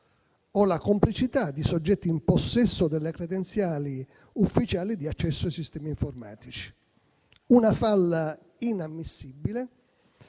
o la complicità di soggetti in possesso delle credenziali ufficiali di accesso ai sistemi informatici. Si tratta di una falla inammissibile